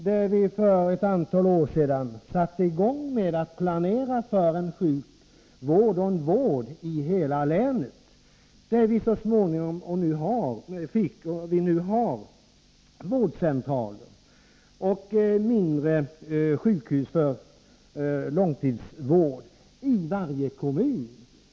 Där satte vi för ett antal år sedan i gång med att planera för en vård i hela länet, som skulle få vårdcentraler och mindre sjukhus för långtidsvård i varje kommun.